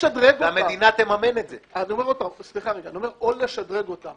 --- אבל אי אפשר לפעול בניגוד להחלטת ועדת שרים.